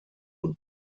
und